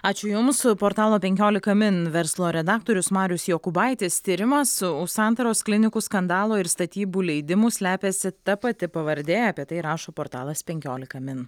ačiū jums portalo penkiolika min verslo redaktorius marius jokūbaitis tyrima su santaros klinikų skandalo ir statybų leidimų slepiasi ta pati pavardė apie tai rašo portalas penkiolika min